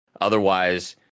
otherwise